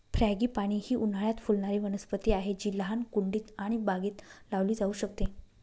frangipani ही उन्हाळयात फुलणारी वनस्पती आहे जी लहान कुंडीत आणि बागेत लावली जाऊ शकते